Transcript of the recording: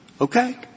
Okay